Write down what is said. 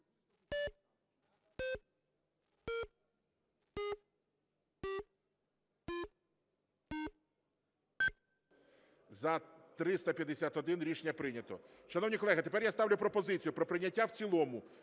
За-351 Рішення прийнято. Шановні колеги, тепер я ставлю пропозицію про прийняття в цілому